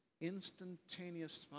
instantaneous